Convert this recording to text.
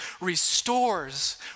restores